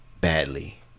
badly